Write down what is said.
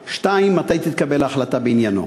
2. מתי תתקבל החלטה בעניינו?